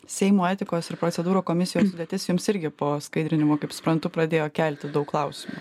seimo etikos ir procedūrų komisijos sudėtis jums irgi po skaidrinimo kaip suprantu pradėjo kelti daug klausimų